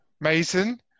Mason